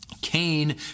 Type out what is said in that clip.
Cain